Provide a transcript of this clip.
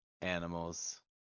animals